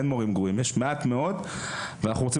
יש מעט מאוד מורים גרועים ואנחנו רוצים